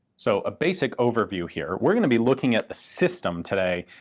so a basic overview here. we're gonna be looking at the system today,